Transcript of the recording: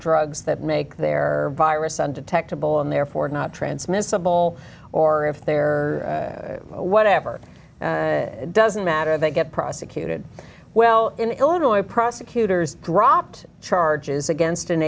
drugs that make their virus undetectable and therefore not transmissible or if they're whatever doesn't matter they get prosecuted well in illinois prosecutors dropped charges against an